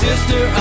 Sister